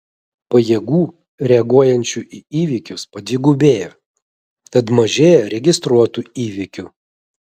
pajėgų reaguojančių į įvykius padvigubėjo tad mažėja registruotų įvykių